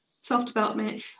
self-development